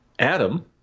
Adam